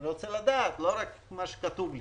אני רוצה לדעת, לא רק מה שכתוב לי.